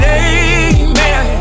amen